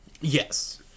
Yes